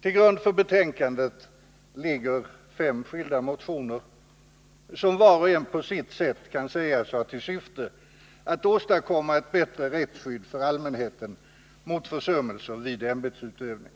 Till grund för betänkandet ligger fem skilda motioner, som var och en på sitt sätt kan sägas ha till syfte att åstadkomma ett bättre rättsskydd för allmänheten mot försummelser vid ämbetsutövning.